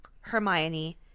Hermione